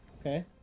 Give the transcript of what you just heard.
Okay